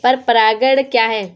पर परागण क्या है?